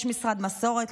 יש משרד מסורת,